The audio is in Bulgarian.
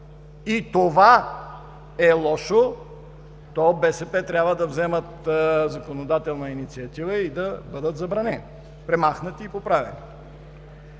и това е лошо, то БСП трябва да вземат законодателна инициатива и да бъдат забранени, премахнати и поправени.